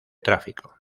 tráfico